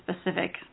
specific